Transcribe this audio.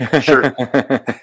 Sure